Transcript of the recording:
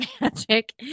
magic